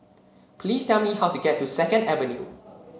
please tell me how to get to Second Avenue